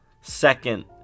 second